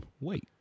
wait